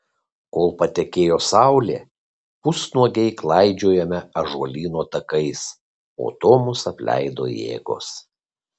kol patekėjo saulė pusnuogiai klaidžiojome ąžuolyno takais po to mus apleido jėgos